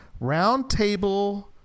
Roundtable